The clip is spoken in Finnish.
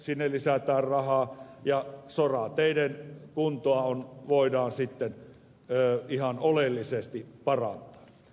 yksityisteihin lisätään rahaa ja sorateiden kuntoa voidaan siten ihan oleellisesti parantaa